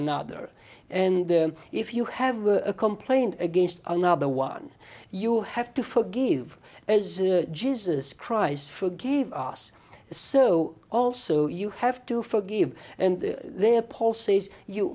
another and if you have a complaint against another one you have to forgive as jesus christ forgive us the so also you have to forgive and there